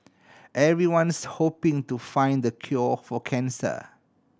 everyone's hoping to find the cure for cancer